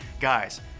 Guys